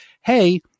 hey